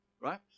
Right